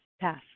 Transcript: Pass